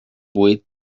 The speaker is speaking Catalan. buit